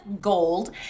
Gold